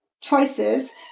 choices